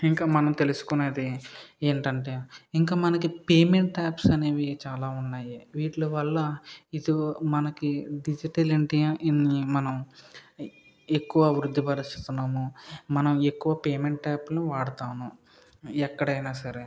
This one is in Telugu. ఇంకా మనం తెలుసుకునేది ఏంటంటే ఇంకా మనకి పేమెంట్ యాప్స్ అనేవి చాలా ఉన్నాయి వీటిల వల్ల ఇప్పుడు మనకి డిజిటల్ ఇండియాని మనము ఎక్కువ వృద్ధి పరుస్తున్నాము మనం ఎక్కువ పేమెంట్ యాప్లు వాడతాము ఎక్కడైనా సరే